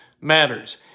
matters